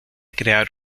crear